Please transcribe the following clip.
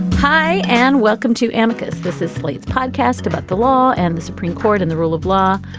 hi and welcome to amicus. this is slate's podcast about the law and the supreme court and the rule of law.